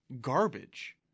garbage